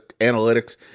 analytics